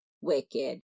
wicked